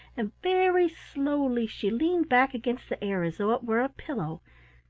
and very slowly she leaned back against the air as though it were a pillow,